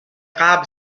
قبل